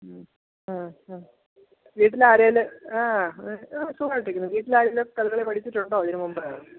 മ്മ് ആ ആ വീട്ടിൽ ആരേലും ആ സുഖമായിട്ടിരിക്കുന്നു വീട്ടിൽ ആരെങ്കിലും കഥകളി പഠിച്ചിട്ടുണ്ടോ ഇതിനു മുമ്പ്